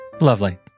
lovely